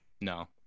no